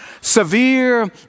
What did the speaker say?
severe